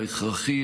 ההכרחי,